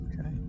okay